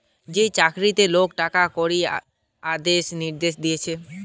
যে চাকরিতে লোক টাকা কড়ির আদেশ নির্দেশ দিতেছে